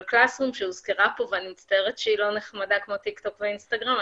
קלאס רום שהוזכרה ואני מצטערת שהיא לא נחמדה כמו טיקטוק ואינסטגרם,